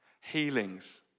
healings